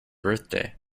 birthday